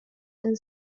and